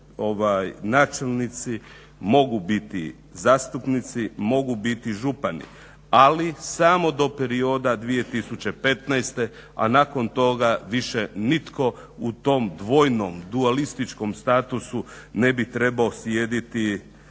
načelnici mogu biti zastupnici, mogu biti župani ali samo do perioda 2015., a nakon toga više nitko u tom dvojnom dualističkom statusu ne bi trebao sjediti